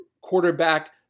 Quarterback